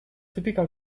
typical